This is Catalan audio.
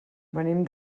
venim